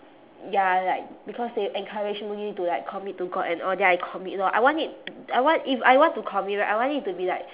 ya like because they encouraging me to like commit to god and all then I commit lor I want it I want if I want to commit right I want it to be like